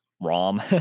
rom